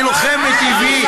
אני לוחם מטבעי.